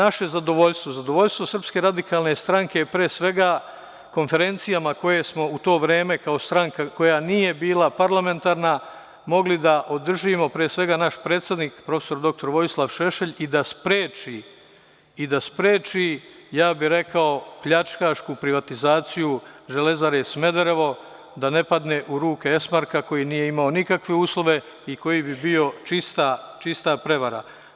Naše zadovoljstvo, zadovoljstvo SRS pre svega konferencijama koje smo u to vreme kao stranka, koja nije bila parlamentarna mogli da održimo, pre svega naš predsednik prof. dr Vojislav Šešelj i da spreči, ja bih rekao, pljačkašku privatizaciju „Železare Smederevo“ da ne padne u ruke „Esmarka“ koji nije imao nikakve uslove i koji bi bio čista prevara.